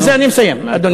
בזה אני מסיים, אדוני.